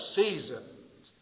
seasons